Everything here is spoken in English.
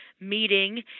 meeting